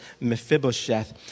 Mephibosheth